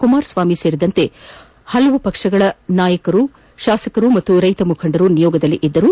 ಕುಮಾರಸ್ವಾಮಿ ಸೇರಿದಂತೆ ಹಲವು ಪಕ್ಷಗಳ ನಾಯಕರು ಶಾಸಕರು ಹಾಗೂ ರೈತ ಮುಖಂಡರು ನಿಯೋಗದಲ್ಲಿದ್ದರು